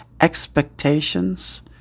expectations